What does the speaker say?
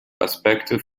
aspekte